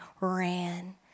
ran